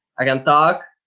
i can talk,